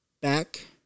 back